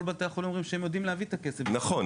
כל בתי החולים אומרים שהם יודעים להביא את הכסף --- נכון,